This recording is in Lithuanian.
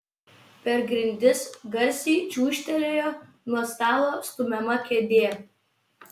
per grindis garsiai čiūžtelėjo nuo stalo stumiama kėdė